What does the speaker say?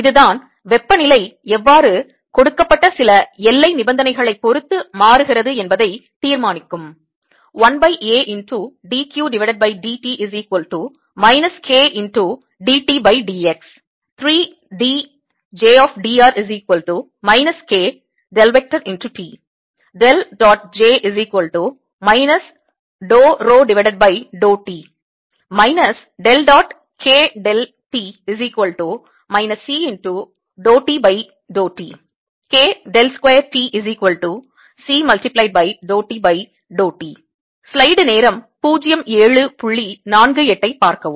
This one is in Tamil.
இதுதான் வெப்பநிலை எவ்வாறு கொடுக்கப்பட்ட சில எல்லை நிபந்தனைகளைப் பொறுத்து மாறுகிறது என்பதைத் தீர்மானிக்கும்